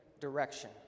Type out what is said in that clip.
direction